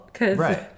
Right